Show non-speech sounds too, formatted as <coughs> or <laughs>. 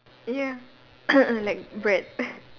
ya <coughs> like bread <laughs>